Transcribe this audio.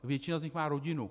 Většina z nich má rodinu.